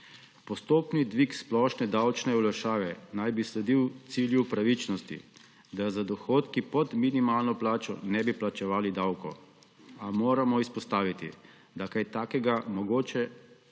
Postopni dvig splošne davčne olajšave naj bi sledil cilju pravičnosti, da z dohodki pod minimalno plačo ne bi plačevali davkov, a moramo izpostaviti, da je kaj takega mogoče